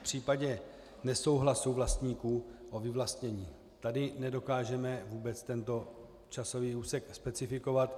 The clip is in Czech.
V případě nesouhlasu vlastníků o vyvlastnění nedokážeme tento časový úsek specifikovat.